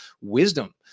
wisdom